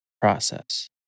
process